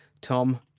Tom